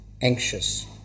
anxious